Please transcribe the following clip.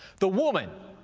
the woman,